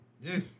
Yes